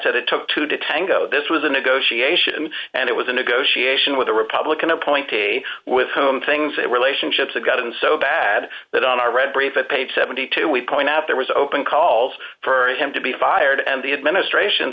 said it took two to tango this was a negotiation and it was a negotiation with a republican appointee with whom things that relationships are gotten so bad that on our read brief it page seventy two dollars we point out there was open calls for him to be fired and the administration